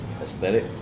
aesthetic